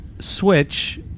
Switch